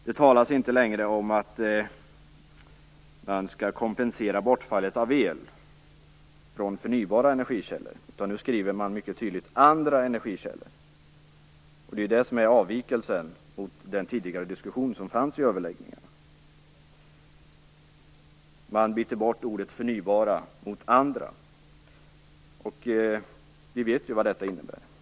Det talas inte längre om att man skall kompensera bortfallet av el från förnybara energikällor, utan nu skriver man mycket tydligt andra energikällor. Det är ju det som är avvikelsen mot den diskussion som tidigare fanns i överläggningarna. Man byter ordet "förnybara" mot "andra". Vi vet vad detta innebär.